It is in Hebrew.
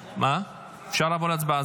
אפשר לעבור להצבעה.